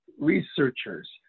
researchers